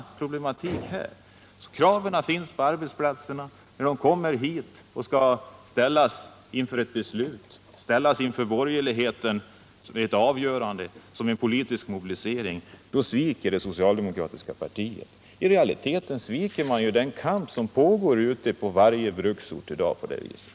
Problemet är detsamma här: Kraven finns på arbetsplatserna, men när de kommer hit till riksdagen sviker det socialdemokratiska partiet. I realiteten sviker man på det sättet den kamp som i dag pågår på varje bruksort.